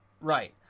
Right